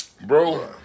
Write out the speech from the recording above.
bro